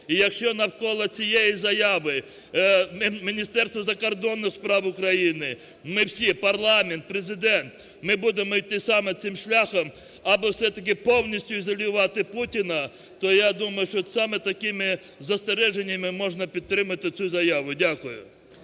І якщо навколо цієї заяви Міністерство закордонних справ України, ми всі, парламент, Президент, ми будемо йти саме цим шляхом аби все-таки повністю ізолювати Путіна, то я думаю, що саме такими застереженнями можна підтримати цю заяву. Дякую.